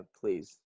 please